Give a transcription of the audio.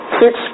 six